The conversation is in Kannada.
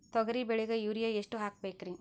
ತೊಗರಿ ಬೆಳಿಗ ಯೂರಿಯಎಷ್ಟು ಹಾಕಬೇಕರಿ?